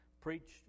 preached